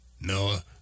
Noah